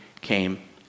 came